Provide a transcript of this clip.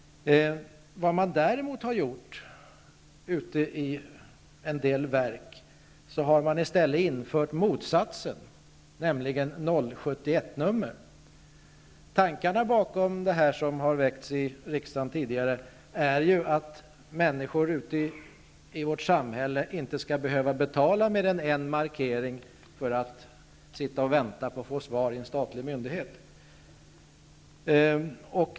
Däremot har man på en del verk infört motsatsen, nämligen 071-nummer. Tanken har ju varit -- och förslag har tidigare lagts fram i riksdagen -- att människor inte skall behöva betala för mer än en markering när de får vänta på svar hos en statlig myndighet.